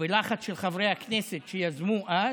בלחץ של חברי הכנסת שיזמו אז,